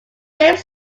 framed